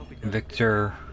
Victor